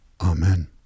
Amen